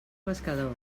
pescador